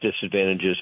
disadvantages